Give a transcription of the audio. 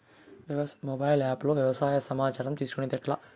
Mobile app లో వ్యవసాయ సమాచారం తీసుకొనేది ఎట్లా?